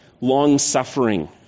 long-suffering